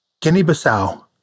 Guinea-Bissau